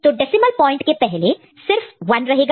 तो decimal point के पहले सिर्फ 1 रहेगा